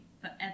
Forever